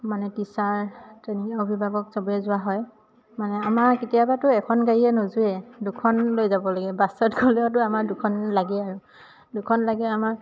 মানে টিচাৰ তেনেকে অভিভাৱক চবেই যোৱা হয় মানে আমাৰ কেতিয়াবাতো এখন গাড়ীয়ে নোজোৰে দুখন লৈ যাব লাগে বাছত গ'লেওতো আমাৰ দুখন লাগে আৰু দুখন লাগে আমাৰ